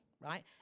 right